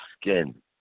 skin